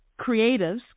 creatives